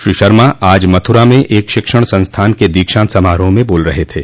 श्री शर्मा आज मथुरा में एक शिक्षण संस्थान के दीक्षांत समारोह में बोल रहे थे